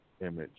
image